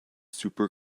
super